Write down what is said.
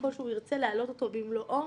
עמדנו פה שלושה ח"כים כשהוא הגיע לכאן בכיסא גלגלים.